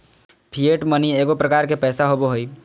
fiat money एगो प्रकार के पैसा होबो हइ